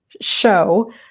show